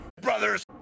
Brothers